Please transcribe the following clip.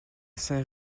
saint